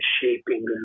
shaping